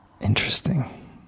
interesting